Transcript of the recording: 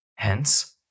Hence